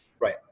Right